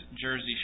Jersey